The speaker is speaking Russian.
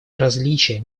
различие